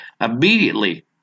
immediately